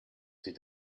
sie